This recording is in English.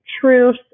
truth